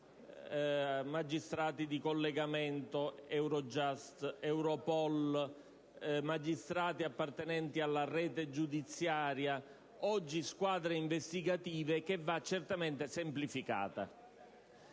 magistrati di collegamento, Eurojust, Europol, magistrati appartenenti alla rete giudiziaria, oggi squadre investigative - che va certamente semplificata.